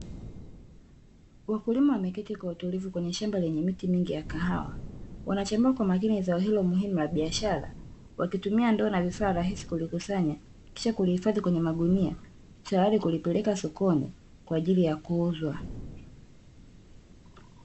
Wakulima wameketi kwa utulivu kwenye shamba lenye miti mingi ya kahawa. Wanachambua kwa umakini zao hilo muhimu la biashara. Wakitumia ndoo na vifaa rahisi kulikusanya, kisha kulihifadhi kwenye magunia tayari kulipeleka sokoni kwa ajili ya kuuzwa.